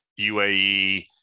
UAE